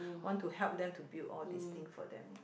want to help them to build all these thing for them